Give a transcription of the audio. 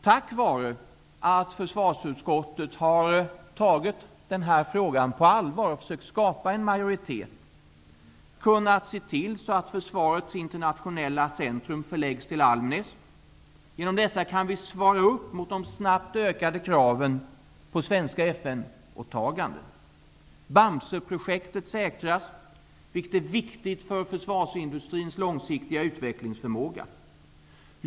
Tack vare att försvarsutskottet har tagit den här frågan på allvar och försökt skapa en majoritet har vi kunnat se till att försvarets internationella centrum förläggs till Almnäs. Genom detta kan vi svara upp mot de snabbt ökade kraven på svenska Bamseprojektet säkras, vilket är viktigt för försvarsindustrins långsiktiga utvecklingsförmåga.